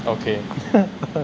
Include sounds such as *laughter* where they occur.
okay *laughs*